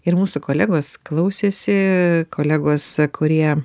ir mūsų kolegos klausėsi kolegos kurie